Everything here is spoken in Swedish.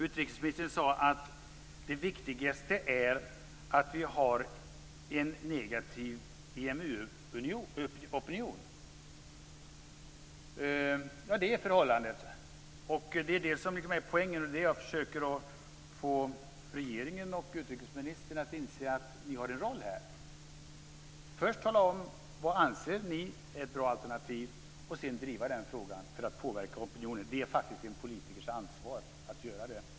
Utrikesministern sade att det viktigaste är att vi har en negativ EMU-opinion. Ja, det är förhållandet, och det är det som är poängen. Det är det som jag försöker få regeringen och utrikesministern att inse - de har en roll här. Först bör de tala om vad de anser vara ett bra alternativ och sedan driva den frågan för att påverka opinionen. Det är faktiskt en politikers ansvar att göra det.